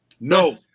No